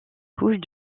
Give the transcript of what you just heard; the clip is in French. couches